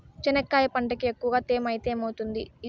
చెనక్కాయ పంటకి ఎక్కువగా తేమ ఐతే ఏమవుతుంది?